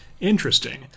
Interesting